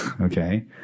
Okay